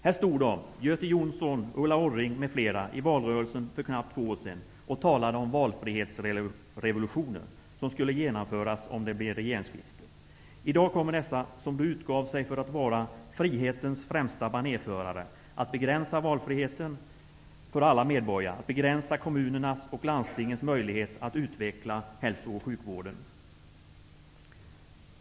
Här stod de, Göte Jonsson, Ulla Orring m.fl. i valrörelsen för knappt två år sedan och talade om valfrihetsrevolutionen som skulle genomföras om det blev regeringsskifte. I dag kommer dessa, som då utgav sig för att vara frihetens främsta banerförare, att begränsa valfriheten för alla medborgare, att begränsa kommunernas och landstingens möjligheter att utveckla hälso och sjukvården.